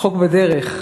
החוק בדרך,